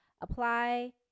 apply